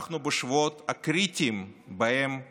אנחנו בשבועות קריטיים שבהם